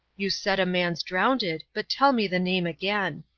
you said a man's drownded but tell me the name again.